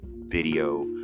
video